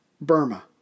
Burma